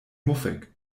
muffig